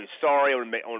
sorry